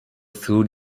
through